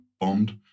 Bond